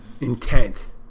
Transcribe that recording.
intent